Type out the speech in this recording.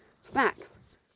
snacks